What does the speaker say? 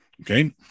Okay